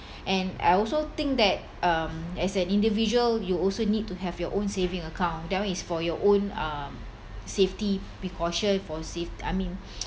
and I also think that um as an individual you also need to have your own saving account that one is for your own uh safety precaution for safe I mean